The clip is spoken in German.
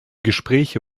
gespräche